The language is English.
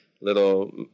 little